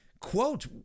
quote